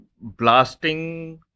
blasting